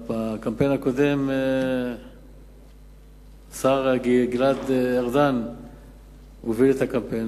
בקמפיין הקודם השר גלעד ארדן הוביל את הקמפיין.